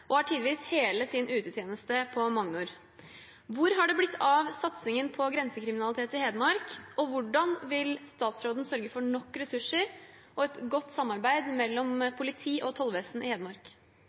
og har tidvis hele sin utetjeneste på Magnor. Hvor har det blitt av satsingen på grensekrim i Hedmark, og hvordan vil statsråden sørge for nok ressurser og et godt samarbeid mellom